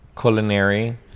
culinary